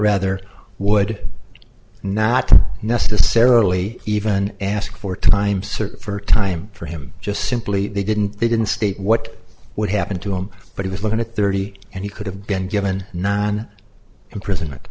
rather would not necessarily even ask for time served for time for him just simply they didn't they didn't state what would happen to him but he was looking at thirty and he could have been given nine imprisonment